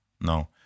no